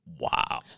Wow